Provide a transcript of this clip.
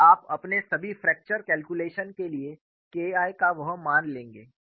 और आप अपने सभी फ्रैक्चर कैलकुलेशन के लिए K I का वह मान लेंगे